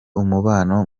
umubano